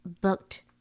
booked